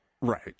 right